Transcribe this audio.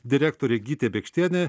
direktorė gytė bėkštienė